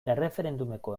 erreferendumeko